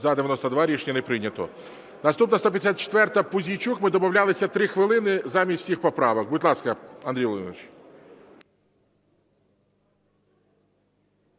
За-92 Рішення не прийнято. Наступна 154-а, Пузійчук. Ми домовлялись три хвилини замість всіх поправок. Будь ласка, Андрій Вікторович.